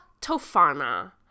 tofana